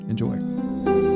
enjoy